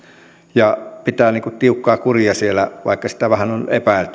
ja pitää tiukkaa kuria siellä vaikka sitä vähän on epäilty